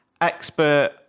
expert